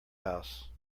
house